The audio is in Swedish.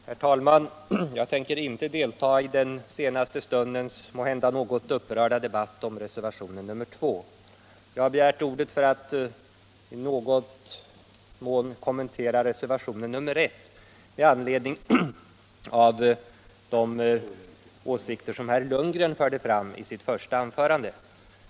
Herr talman! Jag tänker inte delta i den senaste stundens måhända något upprörda debatt om reservationen 2. Jag har begärt ordet för att i någon mån kommentera reservationen 1 i anledning av de åsikter som herr Lundgren förde fram i sitt första anförande.